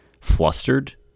flustered